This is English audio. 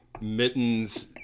mittens